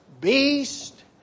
beast